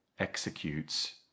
executes